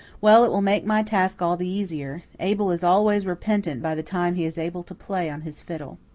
well, it will make my task all the easier. abel is always repentant by the time he is able to play on his fiddle.